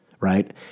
right